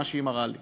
מה שהיא מראה לי.